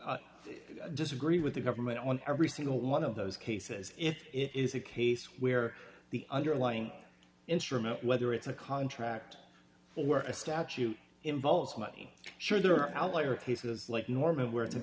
i disagree with the government on every single one of those cases if it is a case where the underlying instrument whether it's a contract work a statute involves money sure alvira cases like normal where i